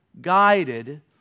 guided